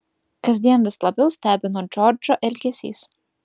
kasdien vis labiau stebino ir džordžo elgesys